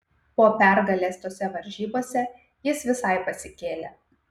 po pergalės tose varžybose jis visai pasikėlė